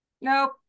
Nope